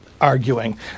arguing